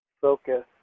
focus